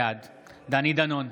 בעד דני דנון,